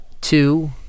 Two